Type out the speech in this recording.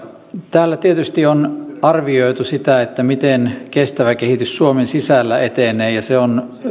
täällä tietysti on arvioitu sitä miten kestävä kehitys suomen sisällä etenee ja se on